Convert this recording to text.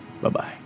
Bye-bye